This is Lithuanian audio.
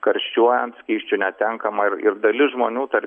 karščiuojant skysčių netenkama ir ir dalis žmonių tarp